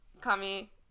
Kami